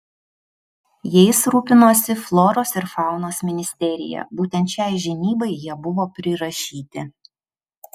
jais rūpinosi floros ir faunos ministerija būtent šiai žinybai jie buvo prirašyti